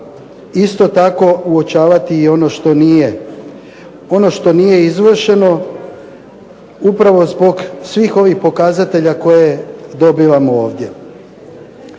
isto tako uočavati i ono što nije. Ono što nije izvršeno upravo zbog svih ovih pokazatelja koje dobivamo ovdje.